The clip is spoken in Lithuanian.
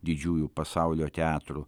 didžiųjų pasaulio teatrų